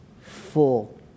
full